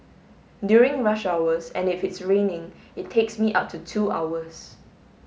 during rush hours and if it's raining it takes me up to two hours